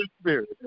Spirit